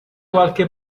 qualche